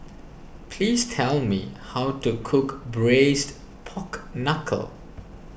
please tell me how to cook Braised Pork Knuckle